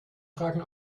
fragen